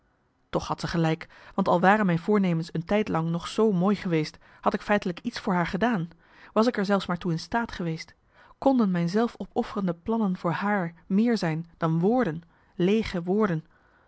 toch had ze gelijk want al waren mijn voornemens een tijd lang nog zoo mooi geweest had ik feitelijk iets voor haar gedaan was ik er zelfs maar toe in staat geweest konden mijn zelfopofferende plannen voor haar meer zijn dan woorden leege woorden